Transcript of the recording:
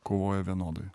kovoja vienodai